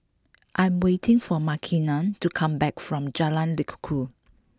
I am waiting for Makenna to come back from Jalan Lekub